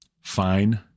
fine